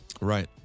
Right